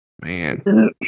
man